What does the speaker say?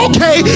Okay